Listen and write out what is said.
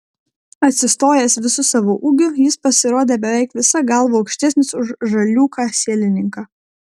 atsistojęs visu savo ūgiu jis pasirodė beveik visa galva aukštesnis už žaliūką sielininką